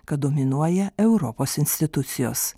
kad dominuoja europos institucijos